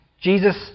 Jesus